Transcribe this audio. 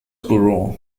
bureau